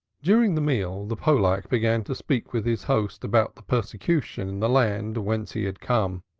during the meal the pollack began to speak with his host about the persecution in the land whence he had come,